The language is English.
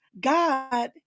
God